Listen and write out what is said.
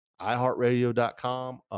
iHeartRadio.com